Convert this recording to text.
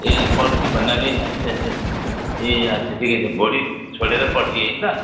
ए पर्सि भन्नाले अच्छा अच्छा ए अच्छा ठिकै छ भोलि छोडेर पर्सि हैन त